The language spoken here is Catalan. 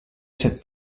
set